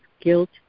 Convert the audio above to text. guilt